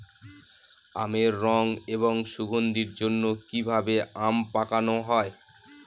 আমের রং এবং সুগন্ধির জন্য কি ভাবে আম পাকানো হয়?